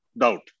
doubt